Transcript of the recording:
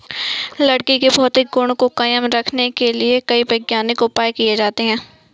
लकड़ी के भौतिक गुण को कायम रखने के लिए कई वैज्ञानिक उपाय किये जाते हैं